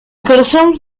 corazón